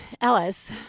Ellis